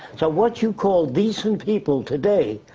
so what you call decent people today,